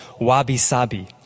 wabi-sabi